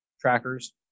trackers